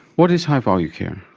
what is high-value care?